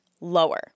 lower